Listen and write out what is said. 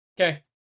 Okay